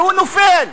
והוא נופל.